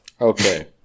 Okay